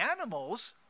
animals